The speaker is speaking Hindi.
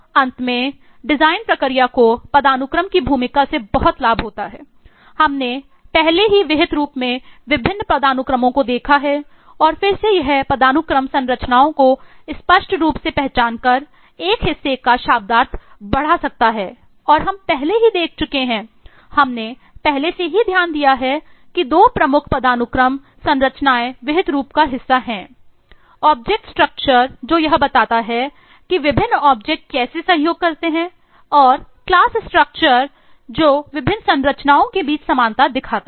अंत में डिज़ाइन प्रक्रिया को पदानुक्रम की भूमिका से बहुत लाभ होता है हमने पहले ही विहित रूप में विभिन्न पदानुक्रमो को देखा है और फिर से यह पदानुक्रम संरचनाओं को स्पष्ट रूप से पहचान कर एक हिस्से का शब्दार्थ बढ़ा सकता है और हम पहले ही देख चुके हैं हमने पहले से ही ध्यान दिया है कि 2 प्रमुख पदानुक्रम संरचनाएं विहित रूप का हिस्सा हैं ऑब्जेक्ट स्ट्रक्चर जो विभिन्न संरचनाओं के बीच समानता दिखाता है